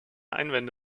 einwände